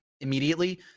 immediately